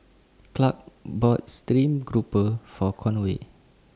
Clark bought Stream Grouper For Conway